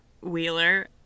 Wheeler